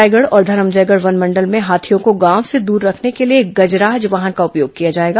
रायगढ़ और धरमजयगढ़ वनमंडल में हाथियों को गांव से दूर रखने के लिए गजराज वाहन का उपयोग किया जाएगा